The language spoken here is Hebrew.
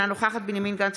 אינו נוכח בנימין גנץ,